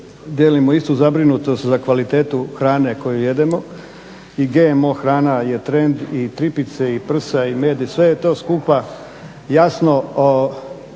dijelimo istu zabrinutost za kvalitetu hrane koju jedemo i GMO hrana je trend i tripice i prsa i med i sve je to skupa jasno i